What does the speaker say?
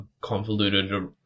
convoluted